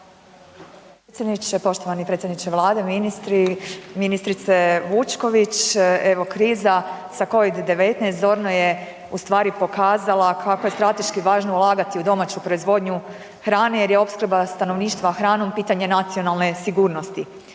Predsjedniče, poštovani predsjedniče vlade, ministri. Ministrice Vučković, evo kriza sa covid-19 zorno je u stvari pokazala kako je strateški važno ulagati u domaću proizvodnju hrane jer je opskrba stanovništva hranom pitanje nacionalne sigurnosti.